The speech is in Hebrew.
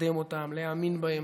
לקדם אותן, להאמין בהן,